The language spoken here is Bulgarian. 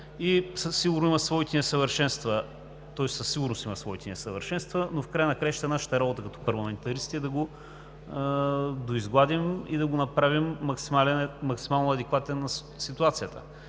със сигурност има своите несъвършенства, но в края на краищата нашата работа като парламентаристи е да го доизгладим и да го направим максимално адекватен на ситуацията.